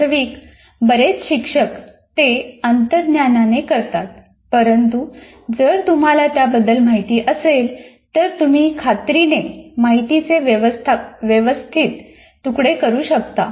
वास्तविक बरेच शिक्षक ते अंतर्ज्ञानाने करतात परंतु जर तुम्हाला त्याबद्दल माहिती असेल तर तुम्ही खात्रीने माहितीचे व्यवस्थित तुकडे करू शकता